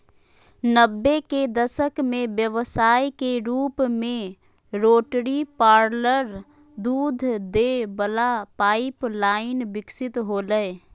नब्बे के दशक में व्यवसाय के रूप में रोटरी पार्लर दूध दे वला पाइप लाइन विकसित होलय